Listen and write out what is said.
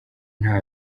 nta